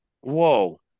Whoa